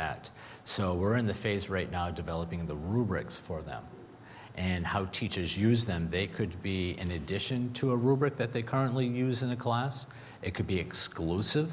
that so we're in the phase right now developing the rubric for them and how teachers use them they could be in addition to a rubric that they currently use in the class it could be exclusive